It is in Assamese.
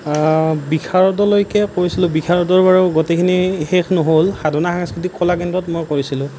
বিশাৰদলৈকে কৰিছিলোঁ বিশাৰদৰ বাৰু গোটেইখিনি শেষ নহ'ল সাধনা সাংস্কৃতিক কলাকেন্দ্ৰত মই কৰিছিলোঁ